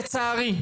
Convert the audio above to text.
לצערי,